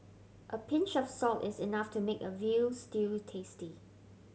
a pinch of salt is enough to make a veal stew tasty